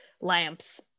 lamps